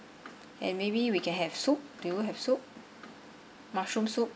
and maybe we can have soup do you have soup mushroom soup